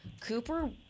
Cooper